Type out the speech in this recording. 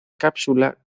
cápsula